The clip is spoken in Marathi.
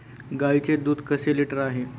गाईचे दूध कसे लिटर आहे?